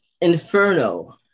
Inferno